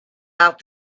out